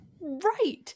Right